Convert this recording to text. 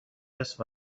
است